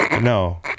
no